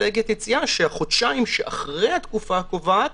אסטרטגיית יציאה, שהחודשיים שאחרי התקופה הקובעת